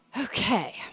Okay